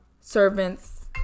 servants